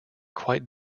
quite